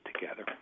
together